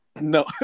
No